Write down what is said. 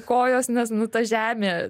kojos nes nu ta žemė